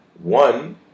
One